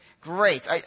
great